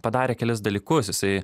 padarė kelis dalykus jisai